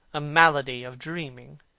a malady of dreaming,